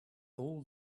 all